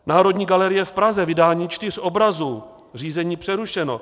Národní galerie v Praze vydání čtyř obrazů, řízení přerušeno.